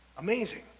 Amazing